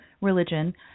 religion